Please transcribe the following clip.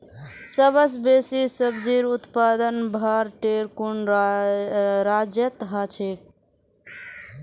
सबस बेसी सब्जिर उत्पादन भारटेर कुन राज्यत ह छेक